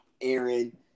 Aaron